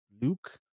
Luke